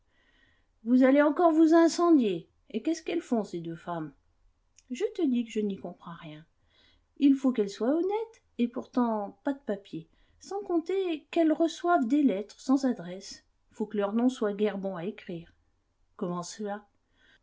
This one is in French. vous allez encore vous incendier et qu'est-ce qu'elles font ces deux femmes je te dis que je n'y comprends rien il faut qu'elles soient honnêtes et pourtant pas de papiers sans compter qu'elles reçoivent des lettres sans adresse faut que leur nom soit guère bon à écrire comment cela